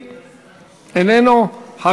מספיק שנורית אחת לשטח פתוח,